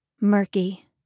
murky